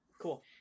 Cool